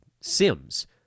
Sims